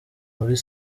muri